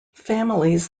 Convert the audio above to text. families